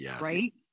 Right